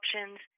options